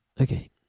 Okay